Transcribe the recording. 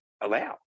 allow